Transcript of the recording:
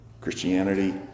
Christianity